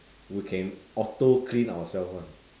we can auto clean ourself [one]